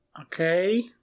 Okay